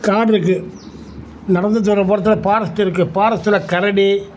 காடு இருக்குது நடந்து தூர போறத்தில் பாரஸ்ட் இருக்குது பாரஸ்ட்டில் கரடி